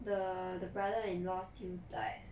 the the brother in law still died